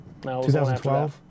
2012